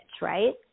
right